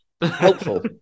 helpful